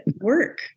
work